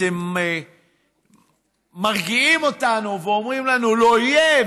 אתם מרגיעים אותנו ואומרים לנו: לא יהיה,